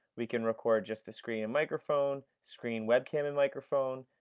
we can record just the screen and microphone, screen webcam and microphone,